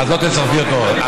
אז לא תצרפי אותו אז.